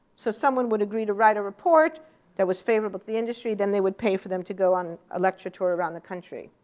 so someone would agree to write a report that was favorable to the industry, then they would pay for them to go on a lecture tour around the country.